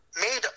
made